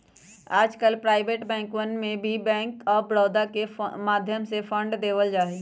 आजकल प्राइवेट बैंकवन के भी बैंक आफ बडौदा के माध्यम से ही फंड देवल जाहई